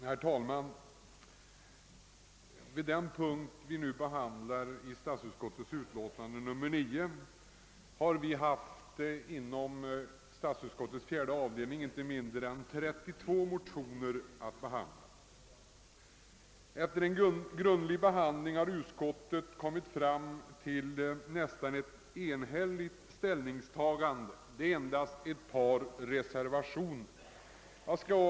Herr talman! Vid den punkt i statsutskottets utlåtande nr 9 som nu är föremål för debatt har vi inom statsutskottets fjärde avdelning haft inte mindre än 32 motioner att behandla. Efter en grundlig genomgång har utskottet kommit fram till ett nästan enhälligt ställningstagande. Det finns endast ett par reservationer.